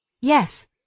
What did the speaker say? Yes